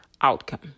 outcome